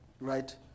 right